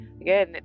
again